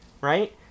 right